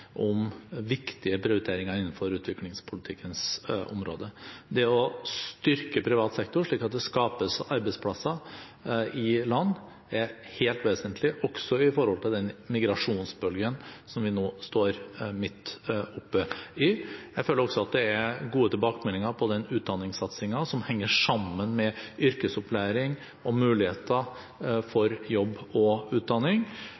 om viktige prioriteringer innenfor utviklingspolitikkens område. Det å styrke privat sektor slik at det skapes arbeidsplasser i land, er helt vesentlig også opp mot den migrasjonsbølgen som vi nå står midt oppe i. Jeg føler også at det er gode tilbakemeldinger på den utdanningssatsingen som henger sammen med yrkesopplæring og muligheter for jobb og utdanning,